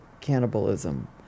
cannibalism